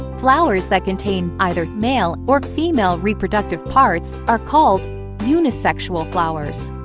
flowers that contain either male or female reproductive parts are called unisexual flowers.